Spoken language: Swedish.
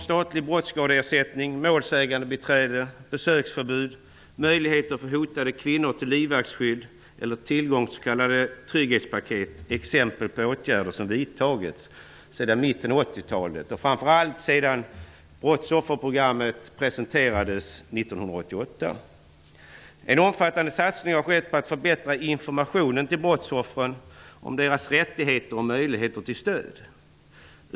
Statlig brottsskadeersättning, målsägandebiträde, besöksförbud, möjligheter för hotade kvinnor till livvaktsskydd eller tillgång till s.k. trygghetspaket är exempel på sådant som införts sedan mitten av 1980-talet och framför allt sedan brottsofferprogrammet presenterades 1988. En omfattande satsning har gjorts för att förbättra informationen till brottsoffren om deras rättigheter och möjligheter till stöd.